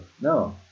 no